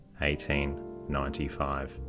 1895